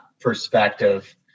perspective